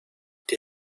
die